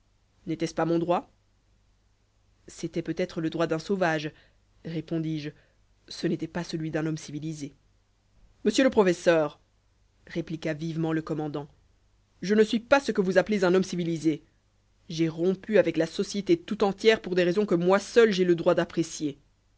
n'était-ce pas mon droit c'était peut-être le droit d'un sauvage répondis-je ce n'était pas celui d'un homme civilisé monsieur le professeur répliqua vivement le commandant je ne suis pas ce que vous appelez un homme civilisé j'ai rompu avec la société tout entière pour des raisons que moi seul j'ai le droit d'apprécier